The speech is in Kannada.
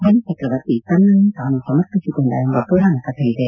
ಬಲಿಚ್ರಕವರ್ತಿ ತನ್ನನ್ನೇ ತಾನೂ ಸಮರ್ಪಿಸಿಕೊಂಡ ಎಂಬ ಪುರಾಣ ಕಥೆ ಇದೆ